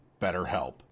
BetterHelp